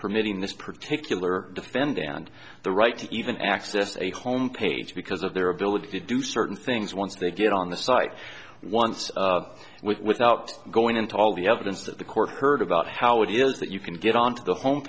permitting this particular defendant and the right to even access to a home page because of their ability to do certain things once they get on the site once without going into all the evidence that the court heard about how it is that you can get onto the home